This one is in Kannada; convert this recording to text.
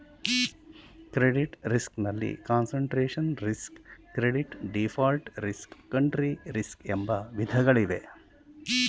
ಕ್ರೆಡಿಟ್ ರಿಸ್ಕ್ ನಲ್ಲಿ concentration risk, credit default risk, country risk ಎಂಬ ವಿಧಗಳಿವೆ